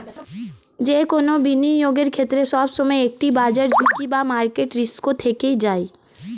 যে কোনো বিনিয়োগের ক্ষেত্রে, সবসময় একটি বাজার ঝুঁকি বা মার্কেট রিস্ক থেকেই যায়